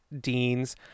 Dean's